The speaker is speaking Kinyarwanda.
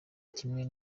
kimwe